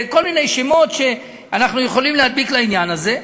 כל מיני שמות שאנחנו יכולים להדביק לעניין הזה.